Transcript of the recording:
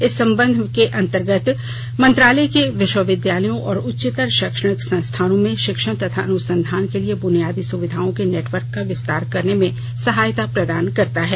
इस कार्यक्रम के अंतर्गत मंत्रालय विश्विविद्यालयों और उच्चतर शैक्षणिक संस्थानों में शिक्षण तथा अनुसंधान के लिए बुनियादी सुविधाओं के नेटवर्क का विस्तार करने में सहायता प्रदान करता है